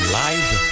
live